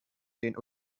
den